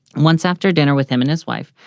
once, after dinner with him and his wife,